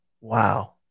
Wow